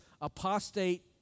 apostate